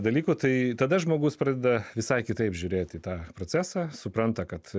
dalykų tai tada žmogus pradeda visai kitaip žiūrėti į tą procesą supranta kad